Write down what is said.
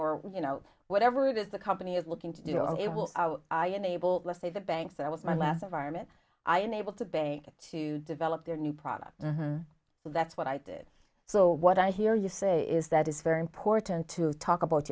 or you know whatever it is the company is looking to do and it will enable let's say the banks that was my last environment i enable to bank to develop their new product that's what i did so what i hear you say is that it's very important to talk about